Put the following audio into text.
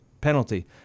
penalty